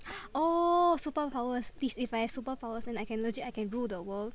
oh superpower please if I have superpowers then I can legit I can rule the world